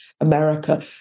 America